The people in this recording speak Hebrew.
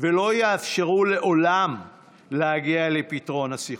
ולא יאפשרו לעולם להגיע לפתרון הסכסוך.